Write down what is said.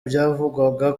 byavugwaga